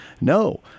No